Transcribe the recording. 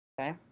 Okay